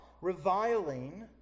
reviling